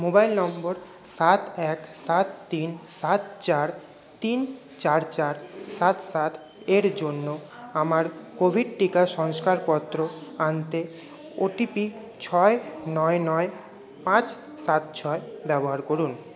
mobile number সাত এক সাত তিন সাত চার তিন চার চার সাত সাত এর জন্য আমার কোভিড টিকা শংসাপত্র আনতে ওটিপি ছয় নয় নয় পাঁচ সাত ছয় ব্যবহার করুন